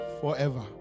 forever